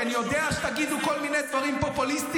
כי אני יודע שתגידו כל מיני דברים פופוליסטיים,